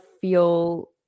feel